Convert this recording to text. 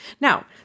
Now